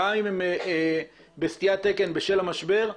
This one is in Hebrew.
גם אם הם בסטיית תקן בשל המשבר,